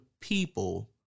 people